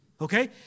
Okay